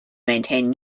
maintained